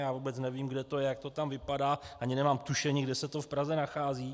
Já vůbec nevím, kde to je, jak to tam vypadá, ani nemám tušení, kde se to v Praze nachází.